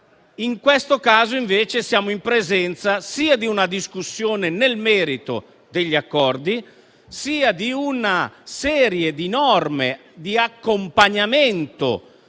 In questo caso, invece, siamo in presenza sia di una discussione nel merito degli accordi, sia di una serie di norme di accompagnamento